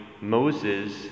Moses